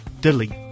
delete